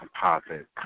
composite